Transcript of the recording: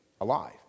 alive